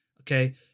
Okay